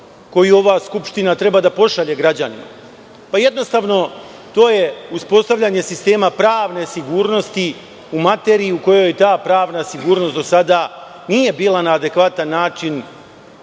koju ova Skupština treba da pošalje građanima? Jednostavno, to je uspostavljanje sistema pravne sigurnosti u materiji u kojoj ta pravna sigurnost do sada nije bila na adekvatan način